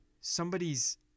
somebody's